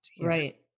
Right